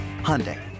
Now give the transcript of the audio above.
Hyundai